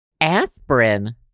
aspirin